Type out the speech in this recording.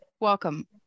Welcome